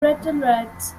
craterlets